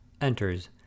enters